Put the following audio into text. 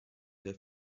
der